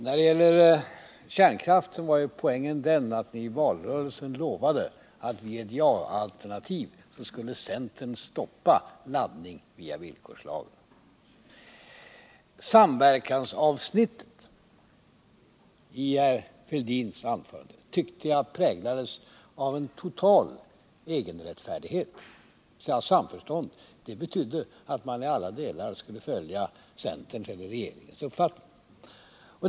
När det gäller kärnkraft var poängen den att ni i valrörelsen lovade att vid seger för ett ja-alternativ skulle centern via villkorslagen stoppa laddning. Samförståndsavsnittet i herr Fälldins anförande präglas, tycker jag, av total egenrättfärdighet. Samförstånd betydde enligt honom att man i alla delar skulle följa centerns eller regeringens uppfattning.